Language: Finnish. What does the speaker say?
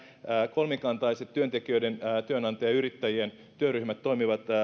kolmikantaiset työntekijöiden työnantajayrittäjien työryhmät toimivat